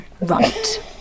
right